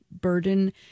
burden